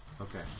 Okay